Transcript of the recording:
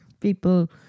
People